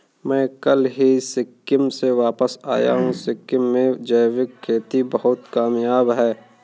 मैं कल ही सिक्किम से वापस आया हूं सिक्किम में जैविक खेती बहुत कामयाब है